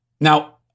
Now